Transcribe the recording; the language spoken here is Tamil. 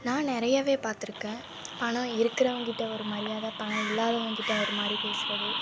நான் நிறையவே பார்த்துருக்கேன் பணம் இருக்கிறவங்கிட்ட ஒரு மரியாதை பணம் இல்லாதவன்கிட்ட ஒரு மாதிரி பேசுகிறது